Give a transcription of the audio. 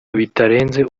bitarenze